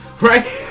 Right